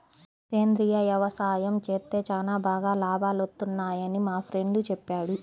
సేంద్రియ యవసాయం చేత్తే చానా బాగా లాభాలొత్తన్నయ్యని మా ఫ్రెండు చెప్పాడు